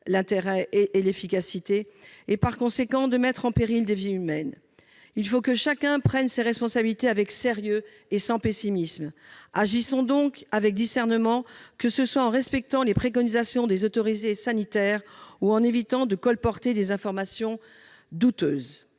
l'importance et l'efficacité et, par conséquent, de mettre en danger des vies humaines. Il faut que chacun prenne ses responsabilités, avec sérieux et sans pessimisme. Agissons donc avec discernement, que ce soit en respectant les préconisations des autorités sanitaires ou en évitant de colporter des informations douteuses.